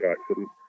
accident